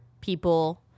people